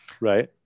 right